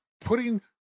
putting